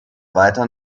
weiter